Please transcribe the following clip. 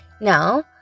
now